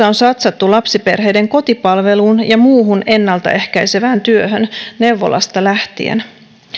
on satsattu lapsiperheiden kotipalveluun ja muuhun ennaltaehkäisevään työhön neuvolasta lähtien